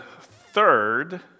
third